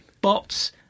bots